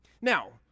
Now